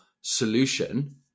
solution